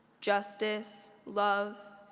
justice, love,